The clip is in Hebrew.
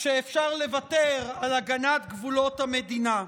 שאפשר לוותר על הגנה על גבולות המדינה.